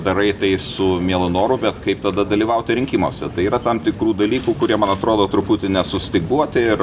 darai tai su mielu noru bet kaip tada dalyvauti rinkimuose tai yra tam tikrų dalykų kurie man atrodo truputį nesustyguoti ir